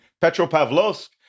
Petropavlovsk